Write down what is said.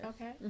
okay